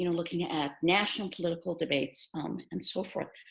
you know looking at national political debates um and so forth.